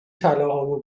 طلاهامو